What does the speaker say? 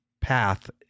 path